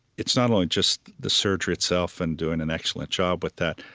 it's not only just the surgery itself and doing an excellent job with that,